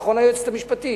נכון, היועצת המשפטית?